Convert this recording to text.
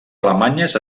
alemanyes